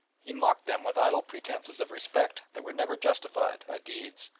he mocked them with idle pretences of respect that were never justified by deeds,